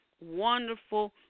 wonderful